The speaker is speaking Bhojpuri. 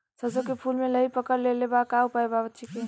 सरसों के फूल मे लाहि पकड़ ले ले बा का उपाय बा बचेके?